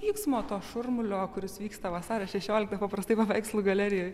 vyksmo to šurmulio kuris vyksta vasario šešioliktą paprastai paveikslų galerijoj